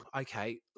okay